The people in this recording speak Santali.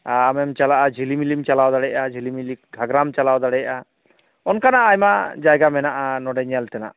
ᱟᱢᱮᱢ ᱪᱟᱞᱟᱜᱼᱟ ᱡᱷᱤᱞᱤᱢᱤᱞᱤᱢ ᱪᱟᱞᱟᱣ ᱫᱟᱲᱮᱭᱟᱜᱼᱟ ᱡᱷᱤᱞᱤᱢᱤᱞᱤ ᱜᱷᱟᱜᱽᱨᱟᱢ ᱪᱟᱞᱟᱣ ᱫᱟᱲᱮᱭᱟᱜᱼᱟ ᱚᱱᱠᱟᱱᱟᱜ ᱟᱭᱢᱟ ᱡᱟᱭᱜᱟ ᱢᱮᱱᱟᱜᱼᱟ ᱱᱚᱰᱮ ᱧᱮᱞ ᱛᱮᱱᱟᱜ